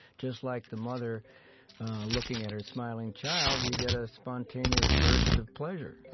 just like the mother looking at her smiling child, you get a spontaneous burst of pleasure.